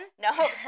No